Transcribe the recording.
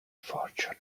fortune